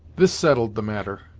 this settled the matter.